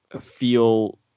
feel